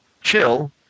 Chill